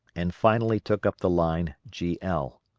and finally took up the line gl.